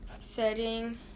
setting